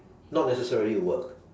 not necessary work